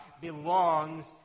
belongs